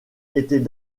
était